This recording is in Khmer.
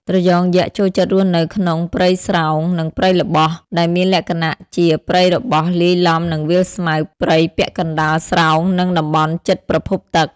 ត្រយងយក្សចូលចិត្តរស់នៅក្នុង ព្រៃស្រោង និង ព្រៃល្បោះ ដែលមានលក្ខណៈជា ព្រៃរបោះលាយឡំនឹងវាលស្មៅ ព្រៃពាក់កណ្តាលស្រោង និងតំបន់ជិតប្រភពទឹក។